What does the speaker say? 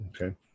Okay